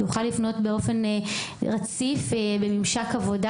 שהוא יוכל לפנות באופן רציף בממשק עבודה,